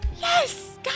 Yes